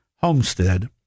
Homestead